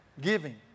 giving